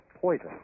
poison